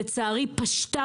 לצערי,